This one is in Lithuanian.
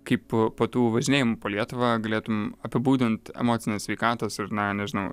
kaip po po tų važinėjimų po lietuvą galėtum apibūdint emocinės sveikatos ir na nežinau